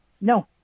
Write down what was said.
No